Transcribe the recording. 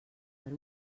per